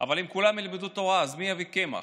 אבל אם כולם ילמדו תורה מי יביא קמח?